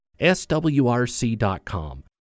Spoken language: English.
swrc.com